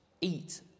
eat